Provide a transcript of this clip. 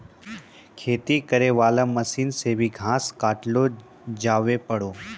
खेती करै वाला मशीन से भी घास काटलो जावै पाड़ै